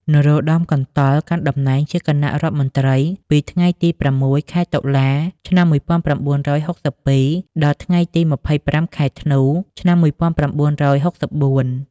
នរោត្តម កន្តុល កាន់តំណែងជាគណៈរដ្ឋមន្ត្រីពីថ្ងៃទី ៦ ខែតុលា ឆ្នាំ១៩៦២ ដល់ថ្ងៃទី ២៥ ខែធ្នូ ឆ្នាំ១៩៦៤។